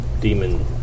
demon